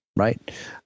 Right